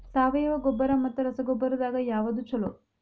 ಸಾವಯವ ಗೊಬ್ಬರ ಮತ್ತ ರಸಗೊಬ್ಬರದಾಗ ಯಾವದು ಛಲೋ?